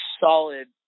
solid